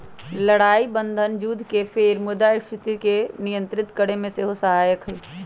लड़ाइ बन्धन जुद्ध के बेर मुद्रास्फीति के नियंत्रित करेमे सेहो सहायक होइ छइ